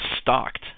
stalked